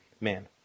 man